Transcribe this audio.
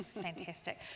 Fantastic